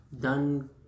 done